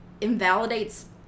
invalidates